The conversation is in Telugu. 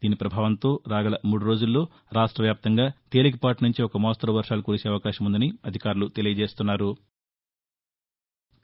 దీని ప్రభావంతో రాగాల మూడు రోజుల్లో రాష్ట వ్యాప్తంగా తేలికపాటి నుంచి ఒక మోస్తరు వర్వాలు కురిసే అవకాశముందని అధికారులు తెలిపారు